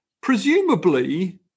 presumably